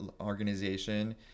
organization